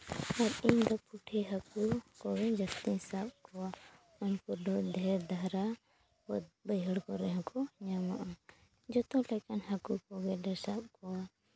ᱟᱨ ᱤᱧ ᱫᱚ ᱯᱩᱴᱷᱤ ᱦᱟᱹᱠᱩ ᱠᱚᱜᱮ ᱡᱟᱹᱥᱛᱤᱧ ᱥᱟᱵᱽ ᱠᱚᱣᱟ ᱩᱱᱠᱩ ᱫᱚ ᱰᱷᱮᱹᱨ ᱫᱷᱟᱨᱟ ᱠᱚ ᱵᱟᱹᱭᱦᱟᱹᱲ ᱠᱚᱨᱮ ᱦᱚᱸᱠᱚ ᱧᱟᱢᱚᱜᱼᱟ ᱡᱚᱛᱚ ᱞᱮᱠᱟᱱ ᱦᱟᱹᱠᱩ ᱠᱚᱜᱮ ᱞᱮ ᱥᱟᱵᱽ ᱠᱚᱣᱟ